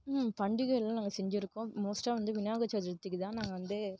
ம் பண்டிகை எல்லாம் நாங்கள் செஞ்சுருக்கோம் மோஸ்ட்டாக வந்து விநாயகர் சதுர்த்திக்குதான் நாங்கள் வந்து